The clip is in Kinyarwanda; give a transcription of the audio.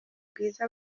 rwiza